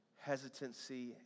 hesitancy